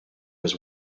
was